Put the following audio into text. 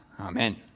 Amen